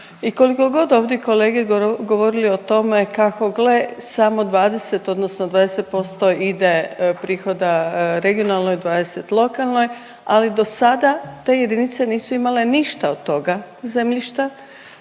i koliko god ovdje kolege govorili o tome kako gle samo 20 odnosno 20% ide prihoda regionalnoj, 20 lokalnoj, ali dosada te jedinice nisu imale ništa od toga zemljišta